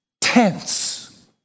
tense